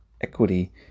equity